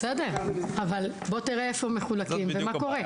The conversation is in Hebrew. בסדר, אבל בוא תראה איפה הם מחולקים ומה קורה.